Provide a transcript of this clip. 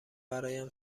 برایم